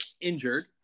injured